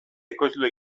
ekoizle